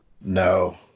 No